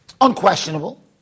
unquestionable